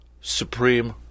supreme